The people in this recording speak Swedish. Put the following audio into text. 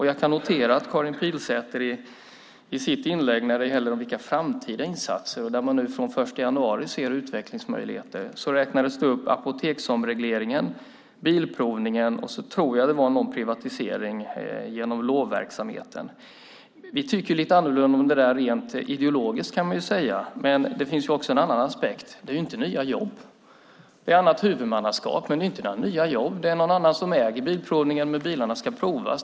Jag noterar att Karin Pilsäter i sitt inlägg om framtida insatser där man från den 1 januari ser utvecklingsmöjligheter räknade upp apoteksomregleringen, bilprovningen och någon privatisering genom LOV. Vi tycker annorlunda om det rent ideologiskt. Men det finns också en annan aspekt: Det är inte några nya jobb. Det är ett annat huvudmannaskap, men det är inte några nya jobb. Det är någon annan som äger bilprovningen, men bilarna ska provas.